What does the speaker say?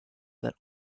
that